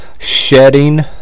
shedding